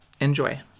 Enjoy